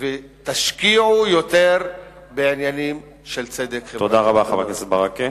ותשקיעו יותר בעניינים של צדק חברתי.